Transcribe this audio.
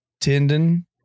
tendon